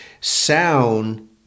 sound